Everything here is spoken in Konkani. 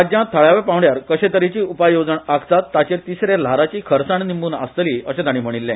राज्या थळाव्या पावण्यार कशे तरेची उपाय येवजण आखतात ताचेर तिसरे ल्हाराची खरसाण निंबून आसतली अशे ताणी म्हणिल्ले